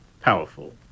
Powerful